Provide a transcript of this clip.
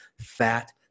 fat